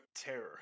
terror